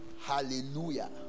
Hallelujah